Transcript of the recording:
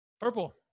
Purple